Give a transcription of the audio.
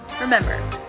remember